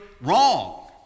wrong